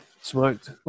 Smoked